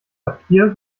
papier